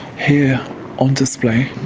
here on display,